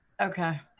Okay